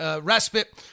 respite